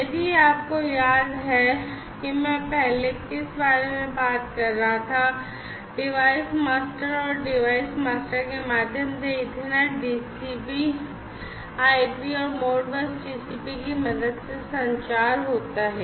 यदि आपको याद है कि मैं पहले किस बारे में बात कर रहा था डिवाइस मास्टर और डिवाइस मास्टर के माध्यम से ईथरनेट टीसीपी आईपी और मोडबस टीसीपी की मदद से संचार होता है